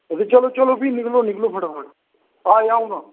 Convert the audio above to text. हां चलो चलो फ्ही निकलो निकलो फटाफट आया अ'ऊं तां